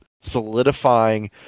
solidifying